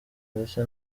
ndetse